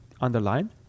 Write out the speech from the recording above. underlined